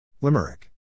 Limerick